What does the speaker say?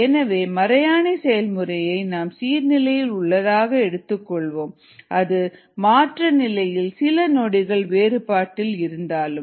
எனவே மறையாணி செயல்முறையை நாம் சீர் நிலையில் உள்ளதாக எடுத்துக் கொள்வோம் அது மாற்ற நிலையில் சில நொடிகள் வேறுபாட்டில் இருந்தாலும்